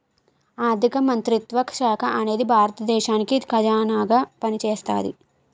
ఆర్ధిక మంత్రిత్వ శాఖ అనేది భారత దేశానికి ఖజానాగా పనిచేస్తాది